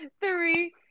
Three